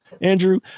Andrew